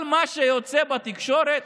כל מה שיוצא בתקשורת